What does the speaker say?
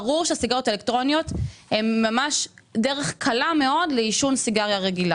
ברור שהסיגריות האלקטרוניות הן דרך קלה מאוד לעישון סיגריה רגילה,